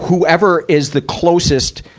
whoever is the closest,